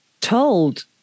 told